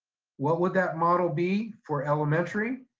what would that model be for elementary?